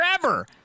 forever